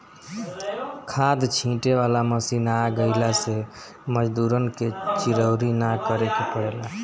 खाद छींटे वाला मशीन आ गइला से मजूरन के चिरौरी ना करे के पड़ेला